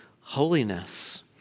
holiness